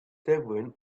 seven